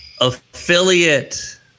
Affiliate